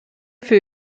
für